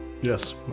Yes